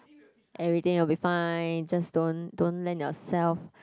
everything will be fine just don't don't lend yourself